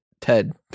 Ted